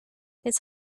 his